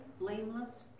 blameless